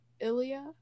Ilya